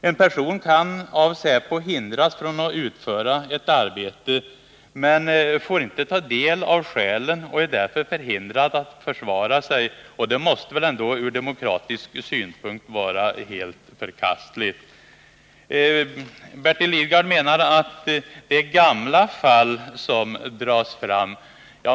En person kan av säpo hindras från att utföra ett arbete men får inte ta del av skälen och är därför förhindrad att försvara sig. Det måste ändå ur demokratisk synpunkt vara helt förkastligt. v Bertil Lidgard menade att det är gamla fall som dras fram.